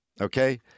Okay